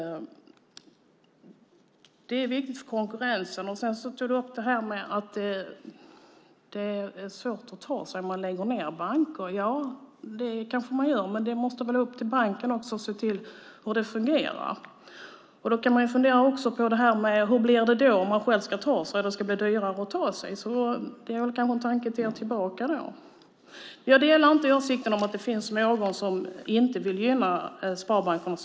De är viktiga för konkurrensen. Sedan tog du upp att det är svårt att ta sig till en bank om man lägger ned banker på orten. Det kanske man gör, men det måste också vara upp till banken att se till att det fungerar. Då kan vi också fundera på hur det blir om man själv ska ta sig till en annan ort och om det blir dyrare. Det kanske är en tanke att ge tillbaka. Jag delar inte åsikten att det finns någon som inte vill gynna sparbankerna.